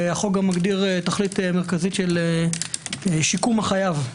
החוק גם מגדיר תכלית מרכזית של שיקום החייב,